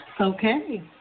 Okay